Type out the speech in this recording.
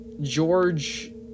George